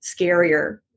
scarier